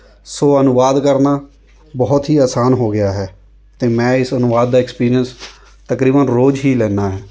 ਸੋ ਅਨੁਵਾਦ ਕਰਨਾ ਬਹੁਤ ਹੀ ਆਸਾਨ ਹੋ ਗਿਆ ਹੈ ਅਤੇ ਮੈਂ ਇਸ ਅਨੁਵਾਦ ਦਾ ਐਕਸਪੀਰੀਅੰਸ ਤਕਰੀਬਨ ਰੋਜ਼ ਹੀ ਲੈਨਾ